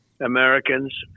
Americans